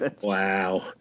Wow